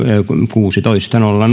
kuusitoista nolla